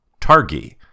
Targi